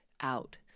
out